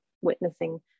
witnessing